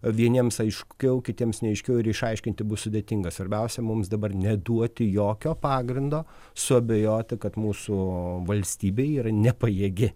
vieniems aiškiau kitiems neaiškiau ir išaiškinti bus sudėtinga svarbiausia mums dabar neduoti jokio pagrindo suabejoti kad mūsų valstybė yra nepajėgi